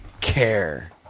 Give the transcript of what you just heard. care